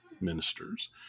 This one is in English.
ministers